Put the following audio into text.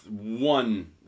One